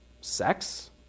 sex